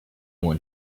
one